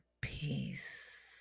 peace